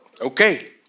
Okay